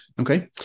Okay